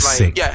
sick